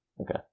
Okay